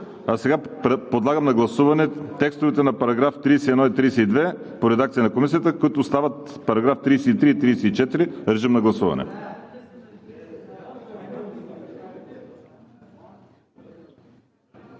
прието. Подлагам на гласуване текстовете на параграфи 31 и 32 по редакция на Комисията, които стават параграфи 33 и 34. Гласували